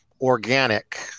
organic